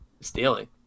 stealing